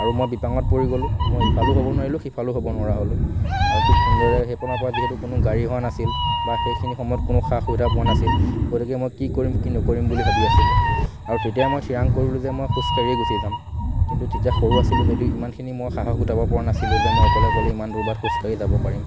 আৰু মই বিপাঙত পৰি গ'লোঁ মই ইফালো হ'ব নোৱাৰিলোঁ সিফালো হ'ব নোৱাৰা হ'লো আৰু ঠিক তেনেদৰে সেইপিনৰ পৰা যিহেতু কোনো গাড়ী অহা নাছিল বা সেইখিনি সময়ত কোনো সা সুবিধা পোৱা নাছিল গতিকে মই কি কৰিম কি নকৰিম বুলি ভাবি আছিলোঁ আৰু তেতিয়াই মই ঠিৰাং কৰিলোঁ যে মই খোজকাঢ়িয়ে গুছি যাম কিন্তু তেতিয়া সৰু আছিলোঁ যদিও ইমানখিনি মোৰ সাহস গোটাব পৰা নাছিলোঁ যে মই অকলে অকলে ইমান দূৰ বাট খোজকাঢ়ি যাব পাৰিম